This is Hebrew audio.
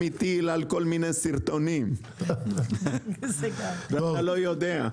מטיל על כל מיני סרטונים ואתה לא יודע.